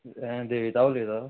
हें देविता उलयता